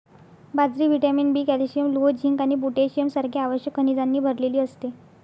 बाजरी vitamin B, calcium, लोह, zinc आणि पोटॅशियम सारख्या आवश्यक खनिजांनी भरलेली असते